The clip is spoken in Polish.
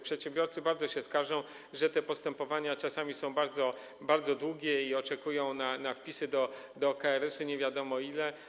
Przedsiębiorcy bardzo się skarżą, że te postępowania czasami są bardzo, bardzo długie i że oczekują na wpisy do KRS-u nie wiadomo ile.